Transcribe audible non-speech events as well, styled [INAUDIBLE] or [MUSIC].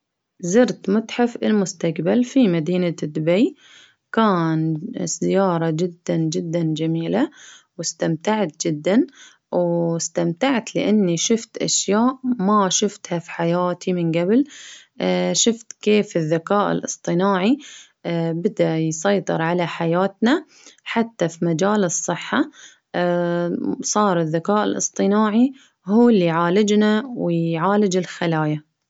زرت متحف المستقبل في مدينة دبي، كان سيارة جدا جدا جميلة، واستمتعت جدا، واستمتعت لإني شفت أشياء ما شفتها في حياتي من قبل، [HESITATION] شفت كيف الذكاء الإصطناعي، [HESITATION] بدأ يسيطر على حياتنا حتى في مجال الصحة [HESITATION] صار الذكاء الإصطناعي هو اللي يعالجنا ويعالج الخلايا.